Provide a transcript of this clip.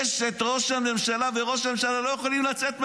אשת ראש הממשלה וראש הממשלה לא יכולים לצאת מהבית.